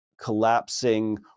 collapsing